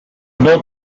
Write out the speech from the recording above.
built